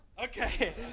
Okay